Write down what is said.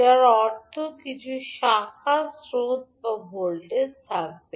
যার অর্থ কিছু শাখা স্রোত বা ভোল্টেজ থাকবে